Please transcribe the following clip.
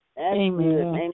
Amen